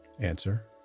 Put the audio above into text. Answer